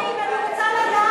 מי אלה הכלבים?